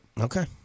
Okay